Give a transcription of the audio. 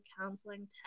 counseling